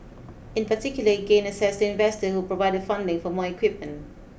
in particular it gained access to investors who provided funding for more equipment